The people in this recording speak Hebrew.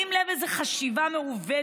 שים לב איזו חשיבה מעוותת,